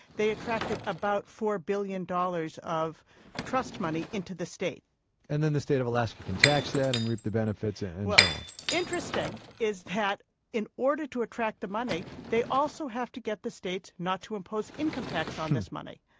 they attracted about four billion dollars of trust money into the state and then the state of alaska can tax that and reap the benefits and so on interesting is that in order to attract the money, they also have to get the states not to impose income tax on this money.